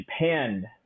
Japan